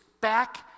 back